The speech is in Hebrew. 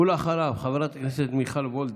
ואחריו, חברת הכנסת מיכל וולדיגר.